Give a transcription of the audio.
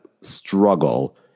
struggle